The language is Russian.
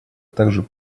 также